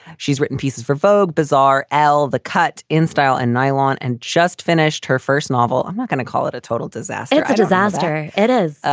she's written pieces for vogue bazaar, elle, the cut in style and nylon and just finished her first novel. i'm not going to call it a total disaster. disaster. it is.